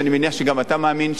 ואני מניח שגם אתה מאמין,